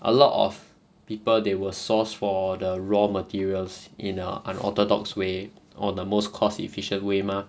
a lot of people they will source for the raw materials in a unorthodox way or the most cost efficient way mah